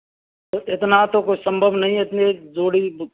इतना तो कुछ संभव नहीं है इतने जोड़ी